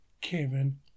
Kevin